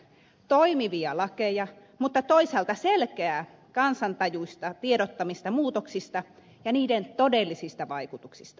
toimivia lakeja mutta toisaalta selkeää kansantajuista tiedottamista muutoksista ja niiden todellisista vaikutuksista